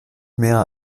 mehr